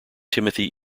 timothy